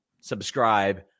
subscribe